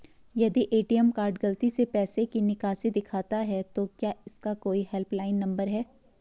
यदि ATM card गलती से पैसे की निकासी दिखाता है तो क्या इसका कोई हेल्प लाइन नम्बर है?